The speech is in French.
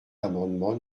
l’amendement